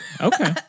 Okay